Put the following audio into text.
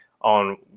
on